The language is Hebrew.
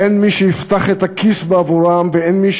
אין מי שיפתח את הכיס בעבורם ואין מי